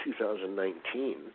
2019